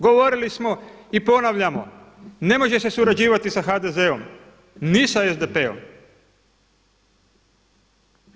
Govorili smo i ponavljamo, ne može se surađivati sa HDZ-om, ni sa SDP-om.